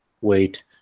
wait